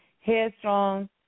headstrong